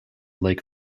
lake